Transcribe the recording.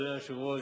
אדוני היושב-ראש,